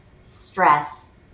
stress